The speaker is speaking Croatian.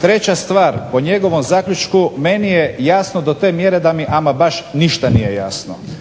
Treća stvar po njegovom zaključku, meni je jasno do te mjere da mi ama baš ništa nije jasno.